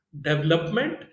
Development